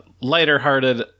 lighter-hearted